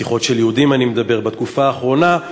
רציחות של יהודים, אני מדבר, בתקופה האחרונה,